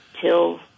till